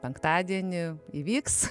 penktadienį įvyks